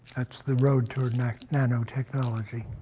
that's the road toward nanotechnology.